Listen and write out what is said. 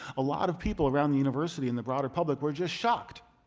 a lot of people around the university and the broader public were just shocked